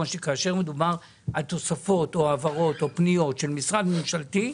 שכאשר מדובר על תוספות או העברות או פניות של משרד ממשלתי,